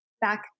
back